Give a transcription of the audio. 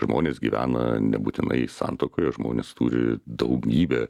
žmonės gyvena nebūtinai santuokoje žmonės turi daugybę